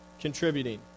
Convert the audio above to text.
contributing